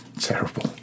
terrible